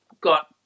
got